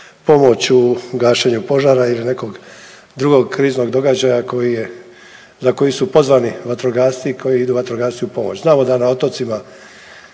pomoć u gašenju požara ili nekog drugog kriznog događaja za koji su pozvani vatrogasci i koji idu vatrogasci u pomoć. Znamo da na otocima